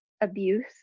abuse